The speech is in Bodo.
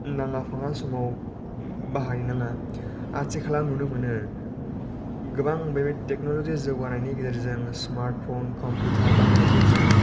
नाङा फाङा समाव बाहायनाङा आथिखालाव नुनो मोनो गोबां बे टेक्नलजि जौगानायनि गेजेरजों स्मार्टफन कम्पिउटार बाहायनायनि गेजेरजों